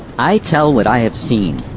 i tell what i have seen,